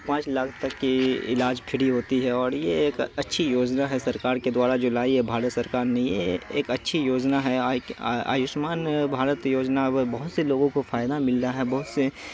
پانچ لاکھ تک کی علاج پھری ہوتی ہے اور یہ اچھی یوجنا ہے سرکار کے دوارا جو لائی ہے بھارت سرکار نے یہ ایک اچھی یوجنا ہے آیوشمان بھارت یوجنا بہت سے لوگوں کو فائدہ مل رہا ہے بہت سے